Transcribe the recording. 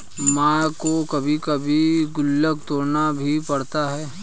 मां को कभी कभी गुल्लक तोड़ना भी पड़ता है